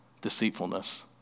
deceitfulness